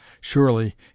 surely